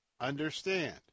understand